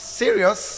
serious